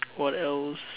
what else